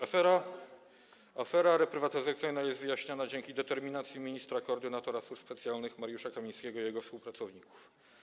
Afera reprywatyzacyjna jest wyjaśniana dzięki determinacji ministra koordynatora służb specjalnych Mariusza Kamińskiego i jego współpracowników.